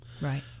Right